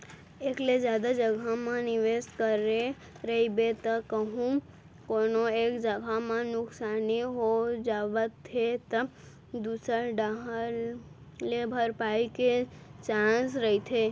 एक ले जादा जघा म निवेस करे रहिबे त कहूँ कोनो एक जगा म नुकसानी हो जावत हे त दूसर डाहर ले भरपाई के चांस रहिथे